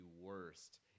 worst